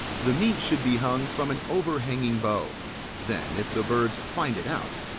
the meat should be hung from an overhanging bough then, if the birds find it out,